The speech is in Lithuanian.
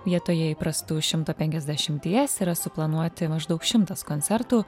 vietoje įprastų šimto penkiasdešimties yra suplanuoti maždaug šimtas koncertų